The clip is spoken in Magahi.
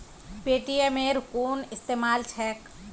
पेटीएमेर कुन इस्तमाल छेक